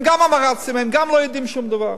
הם גם "עמארצים", הם גם לא יודעים שום דבר.